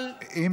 היושב-ראש,